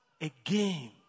again